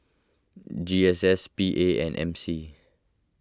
G S S P A and M C